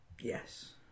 Yes